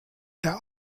der